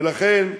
לכן,